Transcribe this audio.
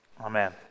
Amen